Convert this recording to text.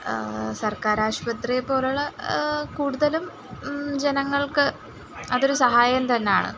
സർക്കാർ ആശുപത്രി പോലുള്ള കൂടുതലും ജനങ്ങൾക്ക് അതൊരു സഹായം തന്നെയാണ്